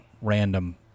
random